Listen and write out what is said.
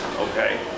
okay